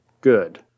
good